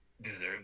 deserve